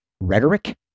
rhetoric